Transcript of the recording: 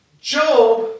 Job